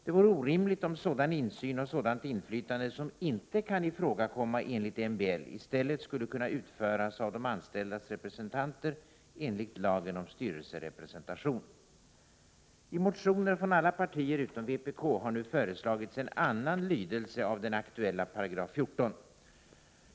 Det vore orimligt om sådan insyn och sådant inflytande — som inte kan ifrågakomma enligt MBL - i stället skulle kunna utövas av de anställdas representanter enligt lagen om styrelserepresentation. I motioner från alla partier utom vpk har nu föreslagits en annan lydelse av den aktuella 14 §.